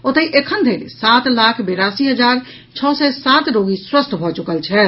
ओतहि एखन धरि सात लाख बेरासी हजार छओ सय सात रोगी स्वस्थ भऽ चुकल छथि